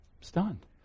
stunned